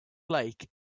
lake